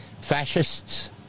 fascists